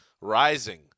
rising